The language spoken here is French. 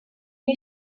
est